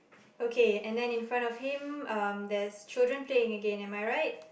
okay and then in front of him um there's children playing again am I right